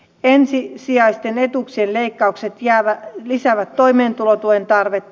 ensisijaisten etuuksien leikkaukset lisäävät toimeentulotuen tarvetta